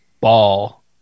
ball